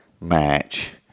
match